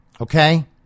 Okay